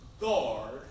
guard